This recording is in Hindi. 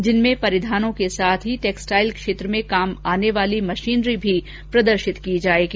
जिनमें परिधानों के साथ ही टैक्सटाइल क्षेत्र में काम आने वाली मशीनरी भी प्रदर्शित की जाएगी